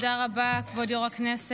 תודה רבה, כבוד יו"ר הישיבה.